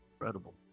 incredible